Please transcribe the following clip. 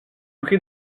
prie